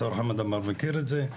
השר חמד עמאר מכיר את זה,